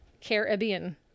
Caribbean